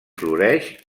floreix